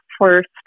first